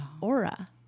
aura